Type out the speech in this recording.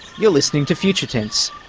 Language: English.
you're listening to future tense,